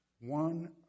One